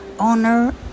owner